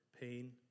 pain